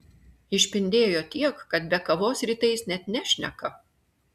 išpindėjo tiek kad be kavos rytais net nešneka